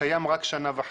קיים רק שנה וחצי,